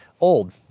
old